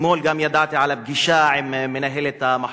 אתמול גם ידעתי על הפגישה עם מנהלת המחוז,